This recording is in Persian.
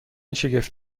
شگفت